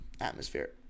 atmosphere